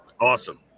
Awesome